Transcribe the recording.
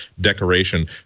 decoration